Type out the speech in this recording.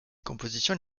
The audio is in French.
compositions